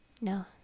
No